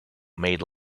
made